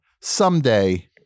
someday